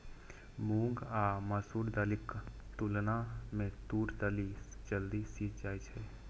मूंग आ मसूर दालिक तुलना मे तूर दालि जल्दी सीझ जाइ छै